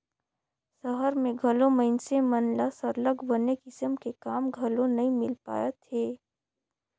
सहर में घलो मइनसे मन ल सरलग बने किसम के काम घलो नी मिल पाएत हे